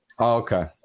okay